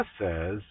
says